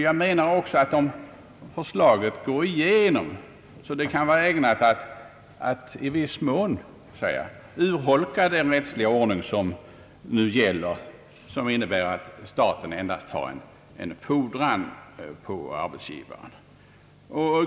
Jag menar också att om förslaget går igenom, kan det vara ägnat att i viss mån urholka den rättsliga ordning som nu gäller och som innebär att staten endast har en fordran på arbetsgivaren.